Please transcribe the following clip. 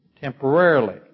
Temporarily